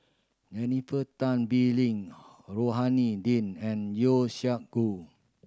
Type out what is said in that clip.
Jennifer Tan Bee Leng Rohani Din and Yeo Siak Goon